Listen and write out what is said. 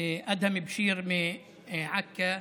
אדהם בשיר מעכו,